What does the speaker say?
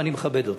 ואני מכבד אותך,